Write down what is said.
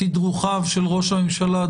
תדרוכיו של ראש הממשלה,